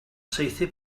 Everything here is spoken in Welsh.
saethu